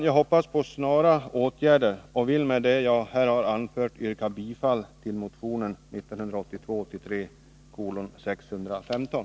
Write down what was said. Jag hoppas på snara åtgärder och vill med det jag här anfört yrka bifall till motionen 1982/83:615.